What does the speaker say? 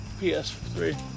PS3